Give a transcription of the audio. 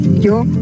Yo